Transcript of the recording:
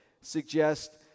suggest